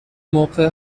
موقع